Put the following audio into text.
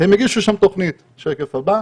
בשקף הבא